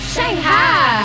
Shanghai